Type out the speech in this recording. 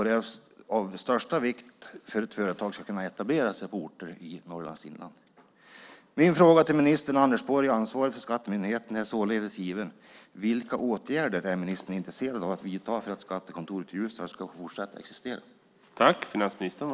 Det är av största vikt för att företag ska kunna etablera sig på orter i Norrlands inland. Min fråga till minister Anders Borg som ansvarig för skattemyndigheten är således given: Vilka åtgärder är ministern intresserad av att vidta för att skattekontoret i Ljusdal ska få fortsätta att existera?